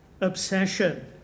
Obsession